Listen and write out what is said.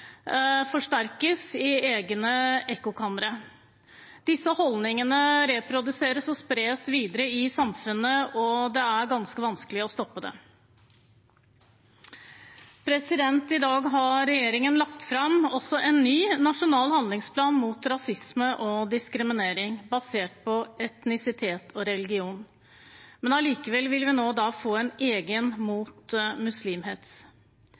forsterkes i egne ekkokamre. Disse holdningene reproduseres og spres videre i samfunnet, og det er ganske vanskelig å stoppe. I dag har regjeringen lagt fram en ny nasjonal handlingsplan mot rasisme og diskriminering basert på etnisitet og religion, men allikevel vil vi nå få en egen mot muslimhets.